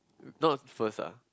not first ah